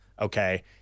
Okay